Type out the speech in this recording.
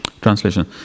Translation